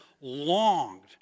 longed